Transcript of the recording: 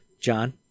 John